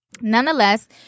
Nonetheless